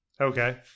Okay